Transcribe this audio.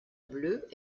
bleus